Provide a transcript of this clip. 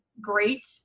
great